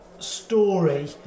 Story